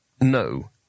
No